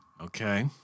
Okay